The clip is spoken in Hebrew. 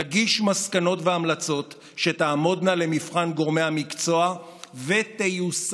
תגיש מסקנות והמלצות שתעמודנה למבחן גורמי המקצוע ותיושמנה.